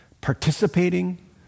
participating